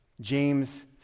James